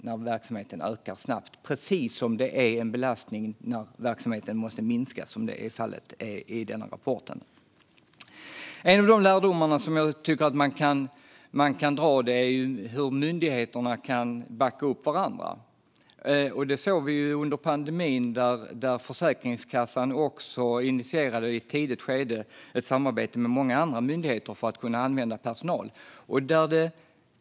Att verksamheten ökar snabbt är en belastning, precis som det är en belastning när den minskar, vilket var fallet i denna rapport. En av de lärdomar som jag tycker att man kan dra är hur myndigheterna kan backa upp varandra. Under pandemin såg vi att Försäkringskassan i ett tidigt skede initierade ett samarbete med många andra myndigheter för att kunna använda personal.